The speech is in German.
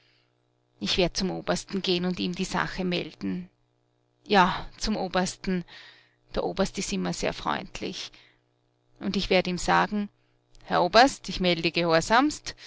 ich werd zum obersten geh'n und ihm die sache melden ja zum obersten der oberst ist immer sehr freundlich und ich werd ihm sagen herr oberst ich melde gehorsamst